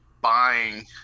buying